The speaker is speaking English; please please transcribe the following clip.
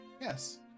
Yes